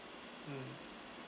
mm